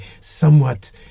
somewhat